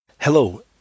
Hello